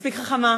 מספיק חכמה,